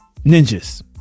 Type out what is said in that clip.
ninjas